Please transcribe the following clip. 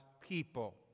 people